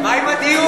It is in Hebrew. מה עם הדיור?